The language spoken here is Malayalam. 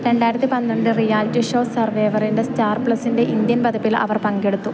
രണ്ടായിരത്തി പന്ത്രണ്ട് റിയാലിറ്റി ഷോ സർവൈവറിൻ്റെ സ്റ്റാർ പ്ലസിൻ്റെ ഇന്ത്യൻ പതിപ്പിൽ അവർ പങ്കെടുത്തു